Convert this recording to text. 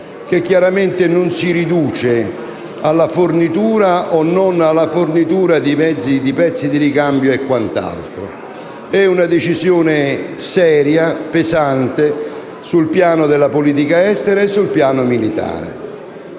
che chiaramente non si riduce alla fornitura o meno di pezzi di ricambio e quant'altro. È una decisione seria, pesante sul piano della politica estera e militare.